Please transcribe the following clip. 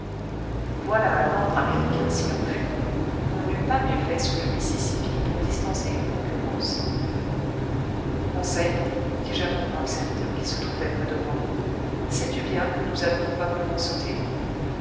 voilà un ordre américain s'il en fut on n'eût pas mieux fait sur le mississippi pour distancer une concurrence conseil dis-je à mon brave serviteur qui se trouvait près de moi sais-tu bien que nous allons probablement sauter